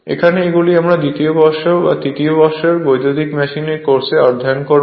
এখানে এগুলি আমরা দ্বিতীয় বর্ষ বা তৃতীয় বর্ষের বৈদ্যুতিক মেশিন কোর্সে অধ্যয়ন করব